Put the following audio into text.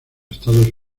estados